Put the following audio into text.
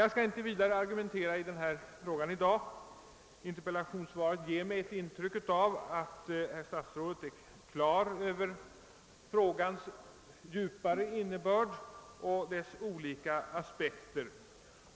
Jag skall dock inte argumentera vidare i dag; interpellationssvaret ger mig ett intryck av att statsrådet är på det klara med frågans djupare innebörd och dess olika aspekter.